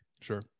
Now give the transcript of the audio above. Sure